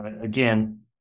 again